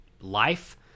life